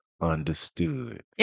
understood